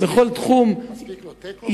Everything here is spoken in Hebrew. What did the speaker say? בכל תחום יסודי,